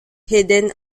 hidden